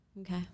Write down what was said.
Okay